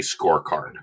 scorecard